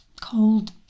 cold